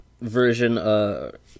version